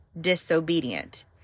disobedient